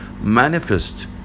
manifest